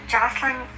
Jocelyn